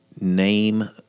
name